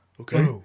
okay